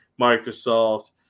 Microsoft